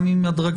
גם אם הדרגתית,